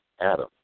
Adam